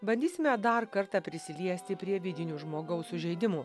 bandysime dar kartą prisiliesti prie vidinių žmogaus sužeidimų